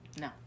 No